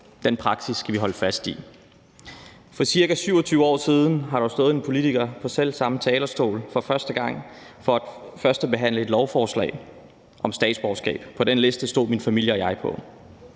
Den praksis skal vi holde fast i. For ca. 27 år siden har der stået en politiker på selv samme talerstol for første gang for at førstebehandle et lovforslag om statsborgerskab. På den liste stod min familie og jeg.